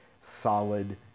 solid